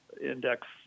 index